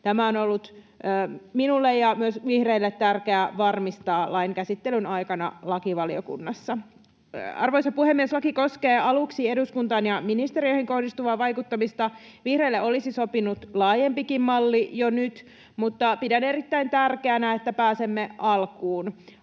Tämä on ollut minulle ja myös vihreille tärkeää varmistaa lain käsittelyn aikana lakivaliokunnassa. Arvoisa puhemies! Laki koskee aluksi eduskuntaan ja ministeriöihin kohdistuvaa vaikuttamista. Vihreille olisi sopinut laajempikin malli jo nyt, mutta pidän erittäin tärkeänä, että pääsemme alkuun.